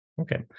Okay